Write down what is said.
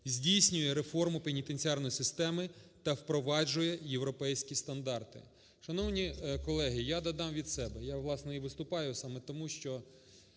здійснює реформу пенітенціарної системи та впроваджує європейські стандарти. Шановні колеги, я додам від себе. Я, власне, і виступаю саме тому, що